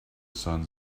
son